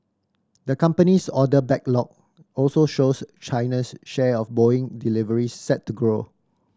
the company's order backlog also shows China's share of Boeing delivery set to grow